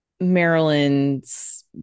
Maryland's